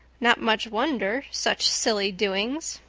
not much wonder! such silly doings!